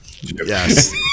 Yes